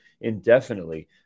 indefinitely